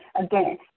again